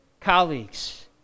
colleagues